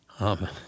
Amen